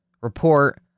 report